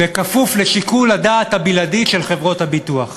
בכפוף לשיקול הדעת הבלעדי של חברות הביטוח.